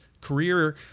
career